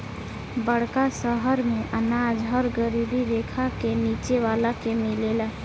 बड़का शहर मेंअनाज हर गरीबी रेखा के नीचे वाला के मिलेला